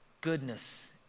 goodness